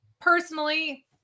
personally